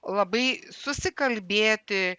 labai susikalbėti